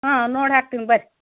ಹಾಂ ನೋಡಿ ಹಾಕ್ತಿನಿ ಬನ್ರಿ